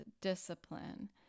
discipline